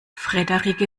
frederike